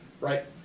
right